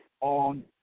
on